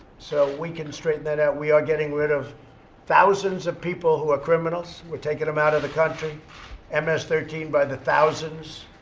so we can straighten that out. we are getting rid of thousands of people who are criminals. we're taking them out of the country and ms thirteen by the thousands.